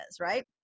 right